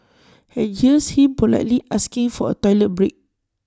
and here's him politely asking for A toilet break